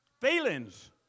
Feelings